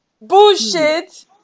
Bullshit